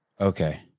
okay